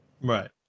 right